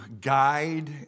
guide